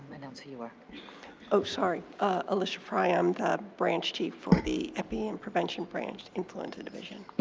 announce who you are. oh, sorry. alicia fry, i'm the branch chief for the epi and prevention branch, influenza division.